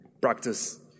practice